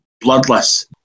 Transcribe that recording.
bloodless